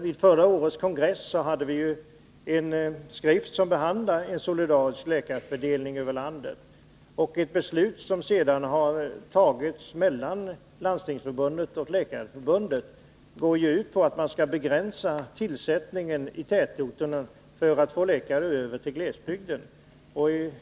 Vid förra årets kongress förelåg en skrift som behandlade just detta ämne, en solidarisk läkarfördelning över landet. En överenskommelse, som sedan har träffats mellan Landstingsförbundet och Läkarförbundet, går ut på att man skall begränsa tillsättandet av läkartjänster i tätorterna för att få läkare över till glesbygden.